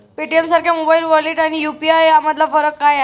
पेटीएमसारख्या mobile wallet आणि UPI यामधला फरक काय आहे?